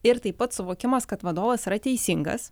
ir taip pat suvokimas kad vadovas yra teisingas